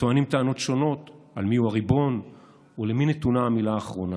וטוענים טענות שונות על מיהו הריבון ולמי נתונה המילה האחרונה.